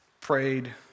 Prayed